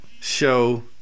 show